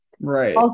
Right